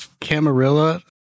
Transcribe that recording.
Camarilla